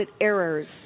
errors